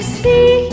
see